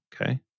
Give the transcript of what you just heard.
Okay